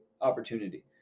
opportunity